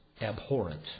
abhorrent